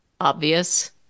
obvious